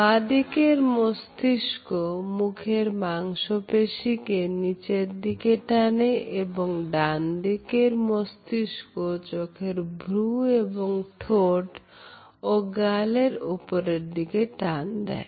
বাঁ দিকের মস্তিষ্ক মুখের মাংসপেশিকে নিচের দিকে টানে এবং ডানদিকের মস্তিষ্ক চোখের ভ্রু এবং ঠোঁট ও গালের উপরের দিকে টান দেয়